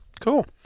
Cool